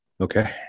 okay